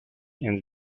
and